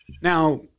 now